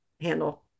handle